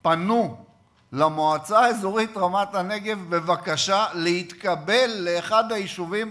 פנו למועצה האזורית רמת-הנגב בבקשה להתקבל לאחד היישובים,